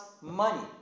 money